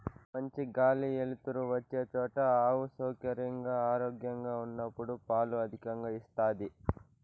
మంచి గాలి ఎలుతురు వచ్చే చోట ఆవు సౌకర్యంగా, ఆరోగ్యంగా ఉన్నప్పుడు పాలు అధికంగా ఇస్తాది